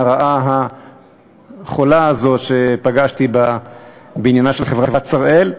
הרעה החולה הזו שפגשתי בעניינה של חברת "שראל".